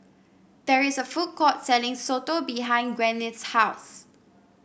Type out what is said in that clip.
there is a food court selling soto behind Gwyneth's house